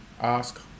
ask